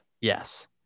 Yes